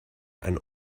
ein